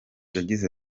yagize